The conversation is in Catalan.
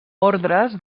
ordres